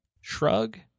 Shrug